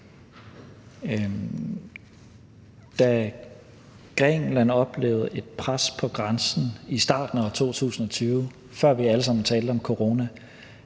Da Grækenland oplevede et pres på grænsen i starten af 2020, før vi alle sammen talte om corona,